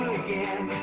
again